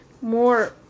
more